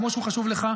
כמו שהוא חשוב לך,